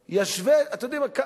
ישווה, אתם יודעים מה?